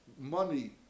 money